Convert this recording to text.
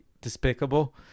despicable